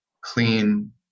clean